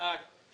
מלפ"ם.